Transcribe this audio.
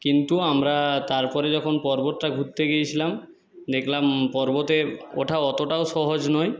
কিন্তু আমরা তারপরে যখন পর্বতটা ঘুরতে গিয়েছিলাম দেখলাম পর্বতে ওঠা অতটাও সহজ নয়